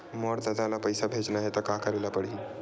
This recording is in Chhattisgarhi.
मोर ददा ल पईसा भेजना हे त का करे ल पड़हि?